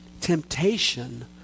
temptation